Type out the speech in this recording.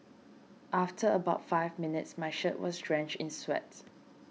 after about five minutes my shirt was drenched in sweat